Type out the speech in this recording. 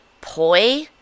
poi